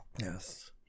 yes